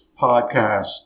podcast